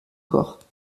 corps